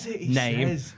name